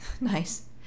Nice